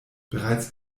bereits